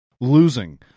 losing